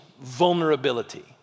vulnerability